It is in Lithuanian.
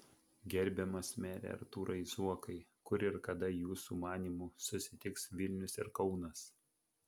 gerbiamas mere artūrai zuokai kur ir kada jūsų manymu susitiks vilnius ir kaunas